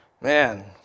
Man